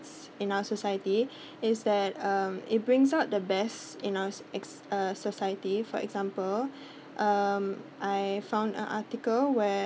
in our society is that uh it brings out the best in us as uh society for example um I found an article where